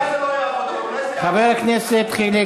אולי זה לא יעבוד, אולי זה, חבר הכנסת חיליק